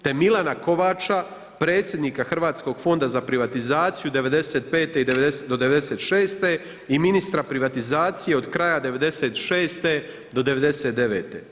Te Milana Kovača predsjednika Hrvatskog fonda za privatizaciju '95.-'96. i ministra privatizacije od kraja '96.-'99.